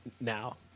now